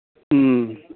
ഉം